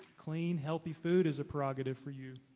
clean, healthy food is a prerogative for you.